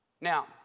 Now